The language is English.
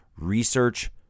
research